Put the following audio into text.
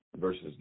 versus